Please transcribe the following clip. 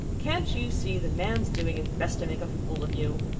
can't you see the man's doing his best to make a fool of you?